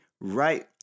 right